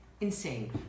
insane